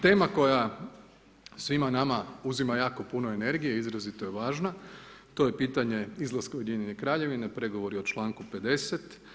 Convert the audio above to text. Tema koja svima nama uzima jako puno energije izrazito je važna, to je pitanje izlaska Ujedinjene Kraljevine, pregovori o čl. 50.